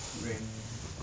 rank